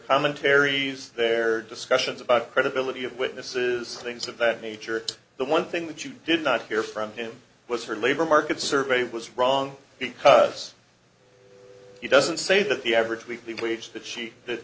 commentaries their discussions about credibility of witnesses things of that nature the one thing that you did not hear from him was for labor market survey was wrong because he doesn't say that the average weekly wage that she did